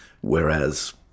whereas